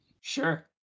Sure